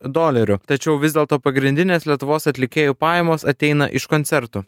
dolerių tačiau vis dėlto pagrindinės lietuvos atlikėjų pajamos ateina iš koncertų